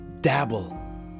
dabble